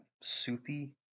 soupy